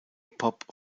pop